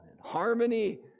harmony